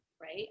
right